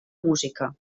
música